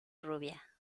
rubia